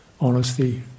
honesty